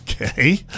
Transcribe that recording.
Okay